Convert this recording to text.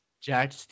Jack